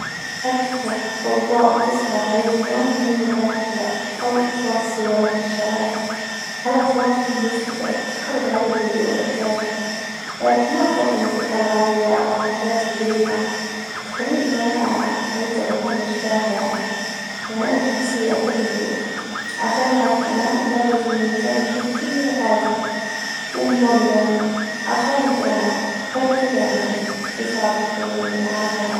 أكثر ظوظاء تصعب علي النوم هي نباح الكلاب ،أو أصوات السيارات في الشارع ،هالأصوات تكون مزعجة ،وتخرب علي الهدوء اللي أحتاجه ، كمان صوت الموسيقى العالية أو الحفلات الجريبة تخليني ماا أجدر أكون مرتاحة يعني يعني أنا شخصية أحب الهدوء عشان أعرف أنام لازم المكان يكون كله هادي ومظلم عشان أجدر أنام ،غير كده يعني يصعب إني أعرف أنام.